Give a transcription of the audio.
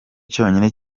cyonyine